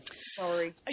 Sorry